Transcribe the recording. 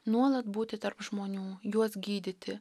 nuolat būti tarp žmonių juos gydyti